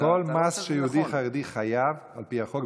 כל מס שיהודי חרדי חייב על פי החוק.